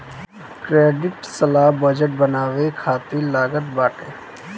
credit सलाह budget बनावे खातिर लागत बाटे